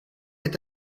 est